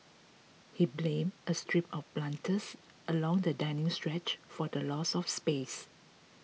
he blamed a strip of planters along the dining stretch for the loss of space